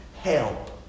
Help